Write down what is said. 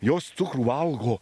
jos cukrų valgo